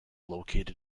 located